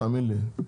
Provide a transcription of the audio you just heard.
תאמין לי,